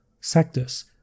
sectors